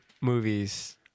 movies